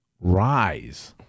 rise